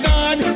God